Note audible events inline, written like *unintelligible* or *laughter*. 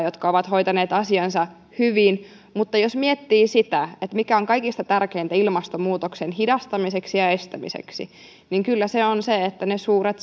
*unintelligible* jotka ovat hoitaneet asiansa hyvin mutta jos miettii sitä mikä on kaikista tärkeintä ilmastonmuutoksen hidastamiseksi ja estämiseksi niin kyllä se on se että ne suuret *unintelligible*